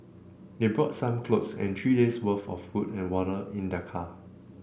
they brought some clothes and three days' worth of food and water in their car